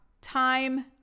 Time